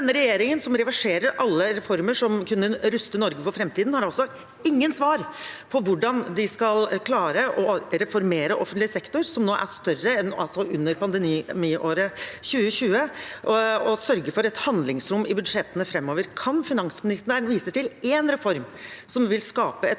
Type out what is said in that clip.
denne regjeringen, som reverserer alle reformer som kunne ruste Norge for framtiden, har altså ingen svar på hvordan de skal klare å reformere offentlig sektor, som nå er større enn under pandemiåret 2020, og sørge for et handlingsrom i budsjettene framover. Kan finansministeren vise til én reform som vil skape et